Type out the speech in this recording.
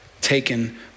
taken